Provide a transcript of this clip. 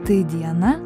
tai diana